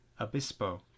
Abispo